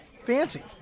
fancy